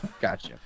gotcha